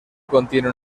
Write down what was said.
contiene